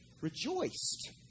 Rejoiced